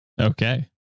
Okay